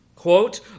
quote